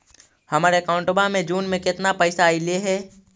हमर अकाउँटवा मे जून में केतना पैसा अईले हे?